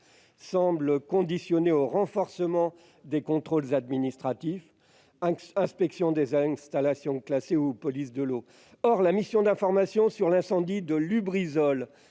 semble conditionnée au renforcement des contrôles administratifs- inspection des installations classées, police de l'eau ... Or la mission d'information sur l'incendie de Lubrizol